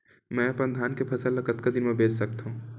मैं अपन धान के फसल ल कतका दिन म बेच सकथो?